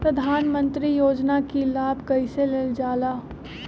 प्रधानमंत्री योजना कि लाभ कइसे लेलजाला?